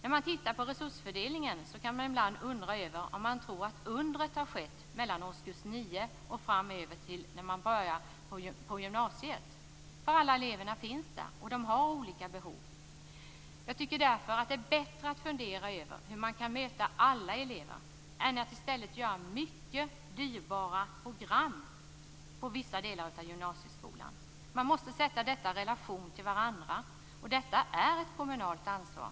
Tittar man på resursfördelningen kan man ibland undra om ett under antas ha skett mellan årskurs 9 och den dag då man börjar gymnasiet. Alla elever finns där, och de har olika behov. Jag tycker därför att det är bättre att fundera över hur man kan möta alla elever än att göra mycket dyrbara program i vissa delar av gymnasieskolan. Man måste sätta detta i relation till vartannat, och detta är ett kommunalt ansvar.